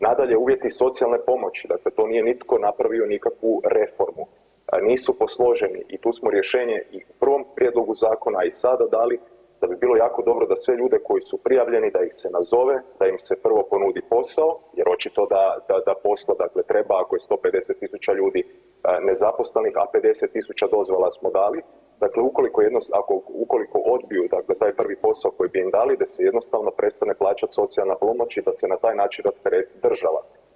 Nadalje, uvjeti iz socijalne pomoći dakle to nije nitko napravio nikakvu reformu, nisu posloženi i tu smo rješenje i u prvom prijedlogu zakona a i sada dali, da bi bilo jako dobro da sve ljude koji su prijavljeni da ih se nazove, da im se prvo ponudi posao jer očito da, da posla dakle treba ako je 150.000 ljudi nezaposlenih, a 50.000 dozvola smo dali, dakle ukoliko jednostavno, ukoliko odbiju dakle taj prvi posao koji bi im dali da se jednostavno prestani plaćati socijalna pomoć i da se na taj način rastereti država.